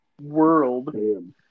world